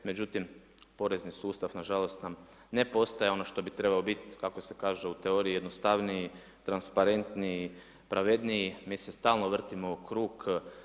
Međutim, porezni sustav nažalost nam ne postaje ono što bi trebao biti, kako se kaže u teoriji, jednostavniji, transparentniji, pravedniji, mi se stalno vrtimo u krug.